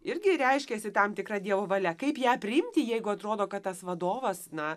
irgi reiškiasi tam tikra dievo valia kaip ją priimti jeigu atrodo kad tas vadovas na